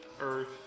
Earth